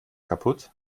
kaputt